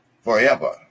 forever